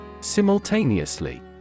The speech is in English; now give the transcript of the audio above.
Simultaneously